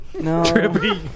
No